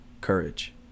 courage